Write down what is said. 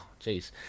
jeez